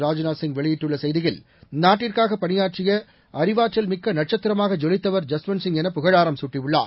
ராஜ்நாத்சிங் வெளியிட்டுள்ள செய்தியில் நாட்டிற்காக பணியாற்றிய அறிவாற்றல் மிக்க நட்சத்திரமாக ஜொலித்தவர் ஜஸ்வந்த்சிங் என புகழாரம் சூட்டியுள்ளார்